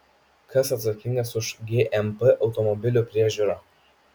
kas atsakingas už gmp automobilių priežiūrą